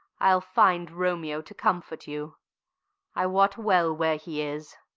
i'll find romeo to comfort you i wot well where he is.